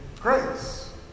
grace